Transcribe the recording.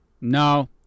No